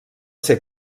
ser